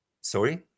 Sorry